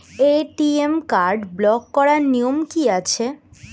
ATM card block করার নিয়ম কি আছে?